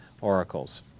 oracles